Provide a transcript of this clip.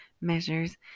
measures